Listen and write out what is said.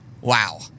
wow